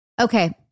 Okay